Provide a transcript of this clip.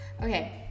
Okay